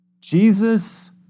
Jesus